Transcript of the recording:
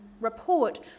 report